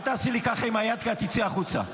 אל תעשי לי ככה עם היד, כי את תצאי החוצה.